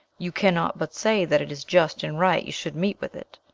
you cannot but say that it is just and right you should meet with it.